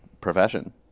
profession